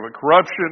Corruption